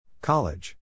College